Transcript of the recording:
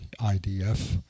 IDF